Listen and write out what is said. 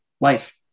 life